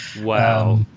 Wow